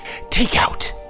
takeout